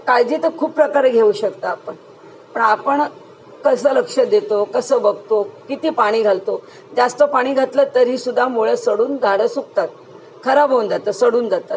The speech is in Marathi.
काळजी तर खूप प्रकारे घेऊ शकतं आपण पण आपण कसं लक्ष देतो कसं बघतो किती पाणी घालतो जास्त पाणी घातलं तरीसुद्धा मुळं सडून धाडं सुकतात खराब होऊन जातं सडून जातात